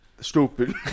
stupid